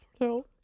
No